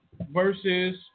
versus